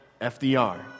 FDR